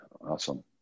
Awesome